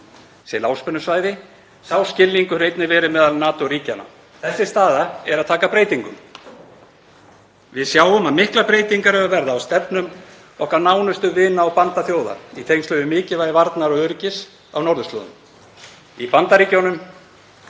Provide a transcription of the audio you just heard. sé lágspennusvæði. Sá skilningur hefur einnig verið meðal NATO-ríkjanna. Þessi staða er að taka breytingum. Við sjáum að miklar breytingar eru að verða á stefnu okkar nánustu vina- og bandalagsþjóða í tengslum við mikilvægi varna og öryggis á norðurslóðum. Í Bandaríkjunum,